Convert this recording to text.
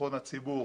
בטחון הציבור,